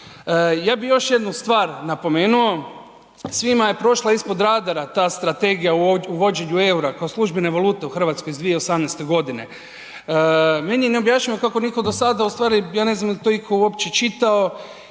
Ja bi još jednu stvar napomenuo, svima je prošla ispod radara ta strategija o uvođenju EUR-a kao službene valute u Hrvatskoj iz 2018. godine. Meni je neobjašnjivo kako nitko do sada, ja ne znam jel to itko uopće čitao